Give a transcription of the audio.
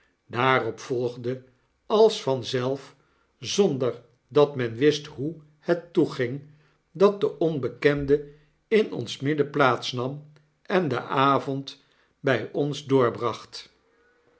daarop volgdeals van zelf zonder dat men wist hoe het toeging dat de onbekende in ons midden plaats nam en den avond by ons doorbracht